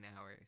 hours